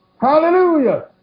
Hallelujah